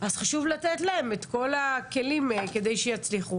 אז חשוב לתת להם את כל הכלים כדי שיצליחו.